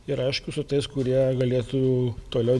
ir aišku su tais kurie galėtų toliau